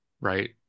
right